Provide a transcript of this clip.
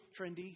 trendy